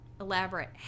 elaborate